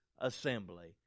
assembly